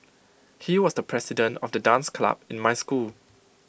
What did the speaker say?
he was the president of the dance club in my school